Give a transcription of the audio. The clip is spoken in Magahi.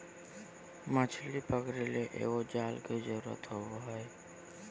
मछली पकरे ले एगो जाल के जरुरत होबो हइ